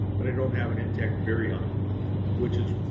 but i don't have an intact virion which is